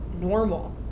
normal